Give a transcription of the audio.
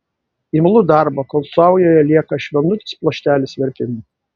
imlu darbo kol saujoje lieka švelnutis pluoštelis verpimui